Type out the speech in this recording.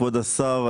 כבוד השר,